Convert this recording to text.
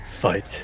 fight